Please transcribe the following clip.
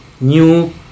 new